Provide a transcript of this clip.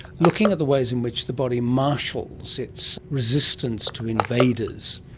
looking at the ways in which the body marshals its resistance to invaders.